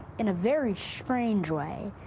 in a very strange way,